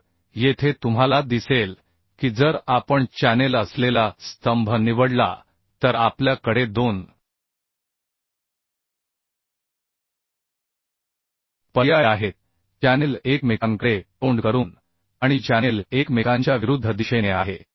तर येथे तुम्हाला दिसेल की जर आपण चॅनेल असलेला स्तंभ निवडला तर आपल्या कडे दोन पर्याय आहेत चॅनेल एकमेकांकडे तोंड करून आणि चॅनेल एकमेकांच्या विरुद्ध दिशेने आहे